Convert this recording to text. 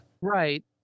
Right